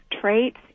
traits